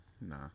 nah